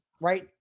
Right